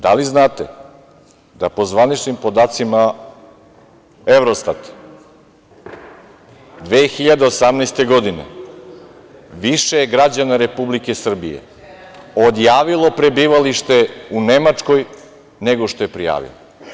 Da li znate da, po zvaničnim podacima Evrostata, 2018. godine više je građana Republike Srbije odjavilo prebivalište u Nemačkoj, nego što je prijavilo.